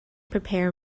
prepare